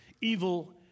evil